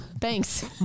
Thanks